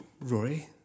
Rory